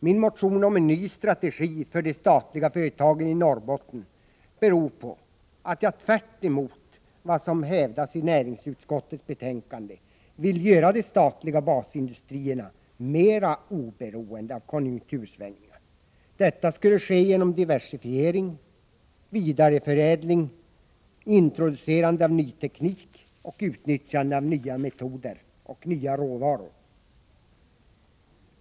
Min motion om en ny strategi för de statliga företagen i Norrbotten grundar sig på att jag, tvärtemot vad som hävdas i näringsutskottets betänkande, vill göra de statliga basindustrierna mera oberoende av konjunktursvängningar. Detta skulle kunna ske genom diversifiering, vidareförädling, introducerande av ny teknik och utnyttjande av nya metoder och nya råvaror.